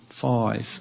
five